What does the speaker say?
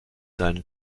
seinen